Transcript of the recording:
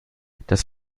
das